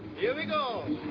here we go.